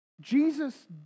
Jesus